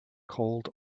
cold